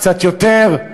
קצת יותר.